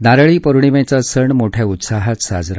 नारळी पौर्णिमेचा सण मोठ्या उत्साहात साजरा